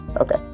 Okay